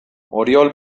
oriol